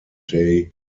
day